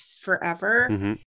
forever